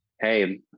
hey